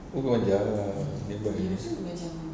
oh bukit panjang